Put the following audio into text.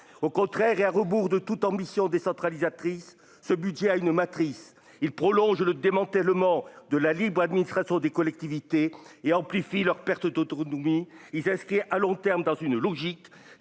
au contraire et à rebours de toute ambition décentralisatrice, ce budget à une matrice, il prolonge le démantèlement de la libre administration des collectivités et amplifient leur perte d'autonomie, il s'inscrit à long terme dans une logique,